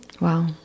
Wow